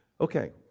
Okay